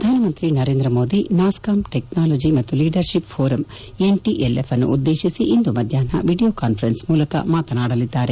ಪ್ರಧಾನ ಮಂತ್ರಿ Narendra Modi NASSCOM technology ಮತ್ತು ಲೀಡರ್ ಶಿಪ್ ಪೋರಂ ಎನ್ಟಎಲ್ಎಫ್ ಅನ್ನು ಉದ್ದೇಶಿಸಿ ಇಂದು ಮಧ್ಯಾಹ್ನ ವಿಡಿಯೋ ಕಾನ್ಫರೆನ್ಸ್ ಮೂಲಕ ಮಾತನಾಡಲಿದ್ದಾರೆ